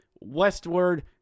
westward